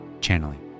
Channeling